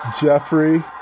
Jeffrey